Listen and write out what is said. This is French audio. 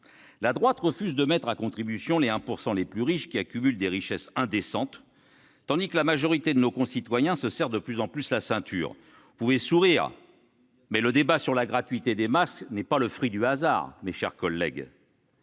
La droite refuse de mettre à contribution les 1 % les plus riches qui accumulent des richesses indécentes, tandis que la majorité de nos concitoyens se serre de plus en plus la ceinture. Vous pouvez sourire, mais le débat sur la gratuité des masques n'est pas le fruit du hasard, mes chers collègues.